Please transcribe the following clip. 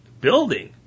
building